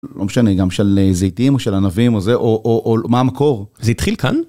לא משנה גם של זיתים או של ענבים או זה או מה המקור, זה התחיל כאן?